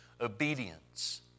obedience